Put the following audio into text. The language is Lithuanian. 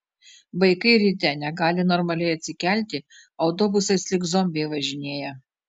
vaikai ryte negali normaliai atsikelti autobusais lyg zombiai važinėja